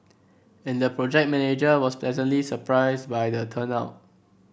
and the project manager was pleasantly surprised by the turnout